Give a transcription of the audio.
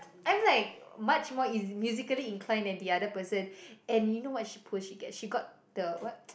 I'm like much more eas~ musically inclined than the other person and you know what she post she get the what